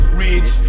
rich